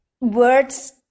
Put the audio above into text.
words